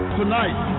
tonight